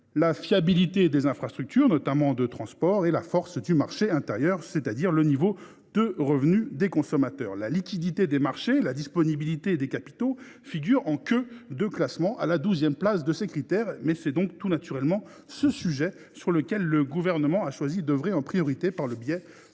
la fiabilité des infrastructures, notamment de transport, et la force du marché intérieur, c’est à dire le niveau de revenu des consommateurs. La liquidité des marchés et la disponibilité des capitaux ne figurent qu’en queue de ce classement, à la douzième place des critères. C’est donc tout naturellement que le Gouvernement a choisi d’œuvrer en priorité sur ce sujet